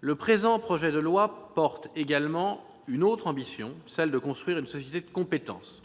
Le présent projet de loi de finances porte également l'ambition de construire une « société de compétences ».